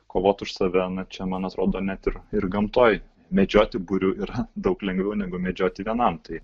kovot už save čia man atrodo net ir ir gamtoj medžioti būriu yra daug lengviau negu medžioti vienam tai